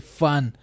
fun